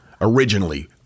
originally